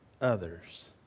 others